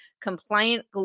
compliant